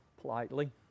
politely